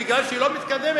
משום שהיא לא מתקדמת,